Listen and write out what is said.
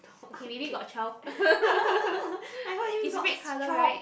okay maybe got twelve is red color right